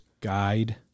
Guide